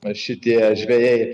šitie žvejai